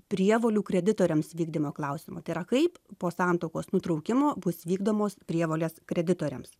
prievolių kreditoriams vykdymo klausimą tai yra kaip po santuokos nutraukimo bus vykdomos prievolės kreditoriams